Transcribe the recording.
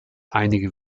einige